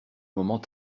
moment